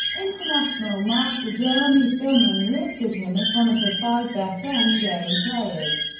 international master jeremy silman listed him as one of the five best endgame players,